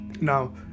now